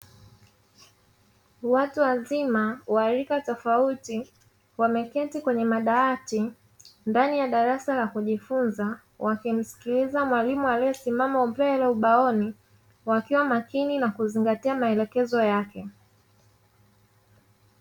Watu wazima wa rika tofauti wameketi kwenye madawati; ndani ya darasa la kujifunza, wakimsikiliza mwalimu aliye mbele ubaoni, wakiwa makini na kuzingatia maelekezo yake.